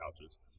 couches